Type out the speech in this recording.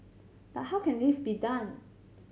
but how can this be done